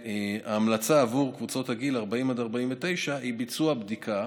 וההמלצה עבור קבוצות הגיל 40 עד 49 היא ביצוע בדיקה